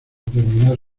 terminar